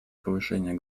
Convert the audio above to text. повышение